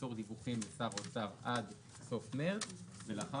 ימסור דיווחים לשר האוצר עד סוף מרץ ולאחר